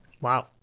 wow